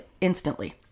instantly